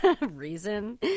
reason